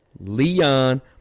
Leon